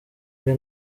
bwe